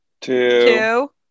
Two